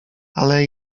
ale